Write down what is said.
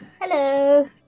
Hello